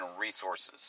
Resources